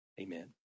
Amen